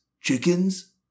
chickens